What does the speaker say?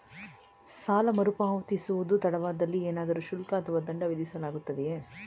ಸಾಲ ಮರುಪಾವತಿಸುವುದು ತಡವಾದಲ್ಲಿ ಏನಾದರೂ ಶುಲ್ಕ ಅಥವಾ ದಂಡ ವಿಧಿಸಲಾಗುವುದೇ?